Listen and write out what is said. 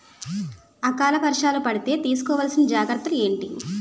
ఆకలి వర్షాలు పడితే తీస్కో వలసిన జాగ్రత్తలు ఏంటి?